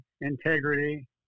integrity